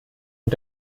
und